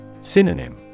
Synonym